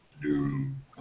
Doom